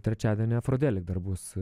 trečiadienį afrodelik dar bus